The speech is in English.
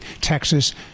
Texas